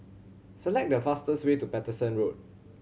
select the fastest way to Paterson Road